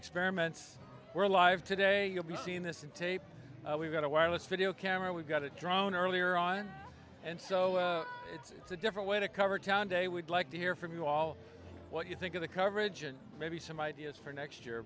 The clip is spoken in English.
experiments were alive today you'll be seeing this in tape we've got a wireless video camera we've got a drone earlier on and so it's a different way to cover town day we'd like to hear from you all what you think of the coverage and maybe some ideas for next year